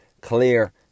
clear